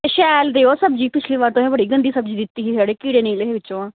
एह् शैल देओ सब्ज़ी पिच्छली बारी तुसें बड़ी गंदगी दित्ती ही कीड़े निकले हे बिच्चुं दा